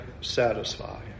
satisfy